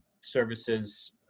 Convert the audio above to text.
services